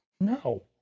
No